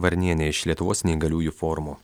varnienė iš lietuvos neįgaliųjų forumo